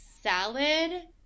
salad